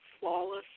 flawless